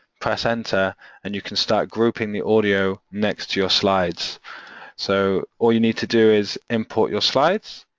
press enter and you can start grouping the audio next to your slides so all you need to do is import your slides